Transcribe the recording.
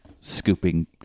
scooping